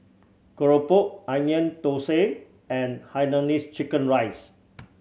keropok Onion Thosai and Hainanese chicken rice